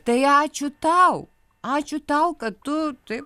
tai ačiū tau ačiū tau kad tu taip